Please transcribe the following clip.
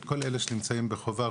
את כל אלה שנמצאים בחובה,